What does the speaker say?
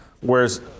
whereas